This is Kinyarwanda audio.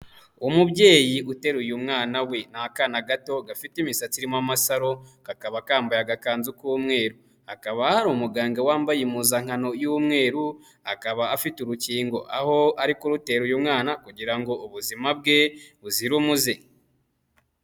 Umubyeyi uteruye umwana we, ni akana gato gafite imisatsi irimo amasaro, kakaba kambaye agakanzu k'umweru, hakaba hari umuganga wambaye impuzankano y'umweru, akaba afite urukingo aho ari kurutera uyu mwana kugira ngo ubuzima bwe buzira umuze.